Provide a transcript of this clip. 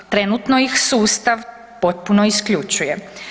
Trenutno ih sustav potpuno isključuje.